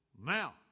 Now